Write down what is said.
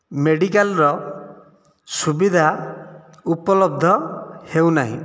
ମେଡ଼ିକାଲର ସୁବିଧା ଉପଲବ୍ଧ ହେଉନାହିଁ